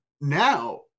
now